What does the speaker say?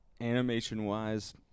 animation-wise